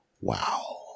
wow